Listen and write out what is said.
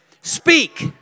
Speak